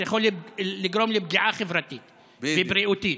זה יכול לגרום לפגיעה חברתית ובריאותית.